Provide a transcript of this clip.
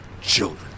children